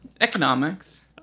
Economics